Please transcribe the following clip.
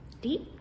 deep